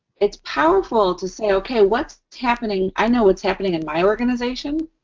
it's powerful to say, okay, what's happening i know what's happening in my organization.